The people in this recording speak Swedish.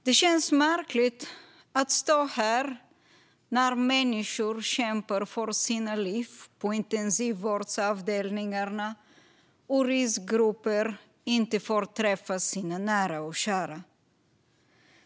Det känns märkligt att stå här när människor kämpar för sina liv på intensivvårdsavdelningarna och riskgrupper inte får träffa sina nära och kära.